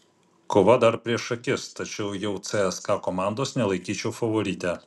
kova dar prieš akis tačiau jau cska komandos nelaikyčiau favorite